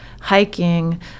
hiking